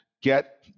get